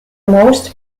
most